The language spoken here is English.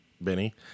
Benny